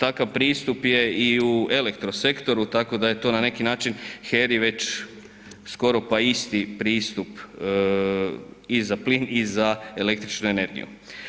Takav pristup je i u elektro sektoru, tako da je to na neki način HERI već skoro pa isti pristup i za plina i za električnu energiju.